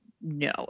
no